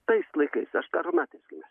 tais laikais aš karo metais gimęs